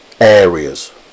areas